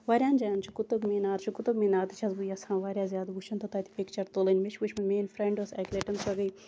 وارہَن جایَن چھُ کُتُب مِنار کُتُب مِنار تہِ چھَس بہٕ یَژھان واریاہ زیادٕ وٕچھُن تہٕ تَتہِ پِکچَر تُلٕنۍ مےٚ چھِ وٕچھمٕژ میٲنٛۍ فرنڈ ٲس اَکہِ لَٹہِ سۄ گٔے